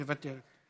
מוותרת.